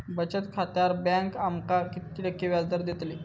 बचत खात्यार बँक आमका किती टक्के व्याजदर देतली?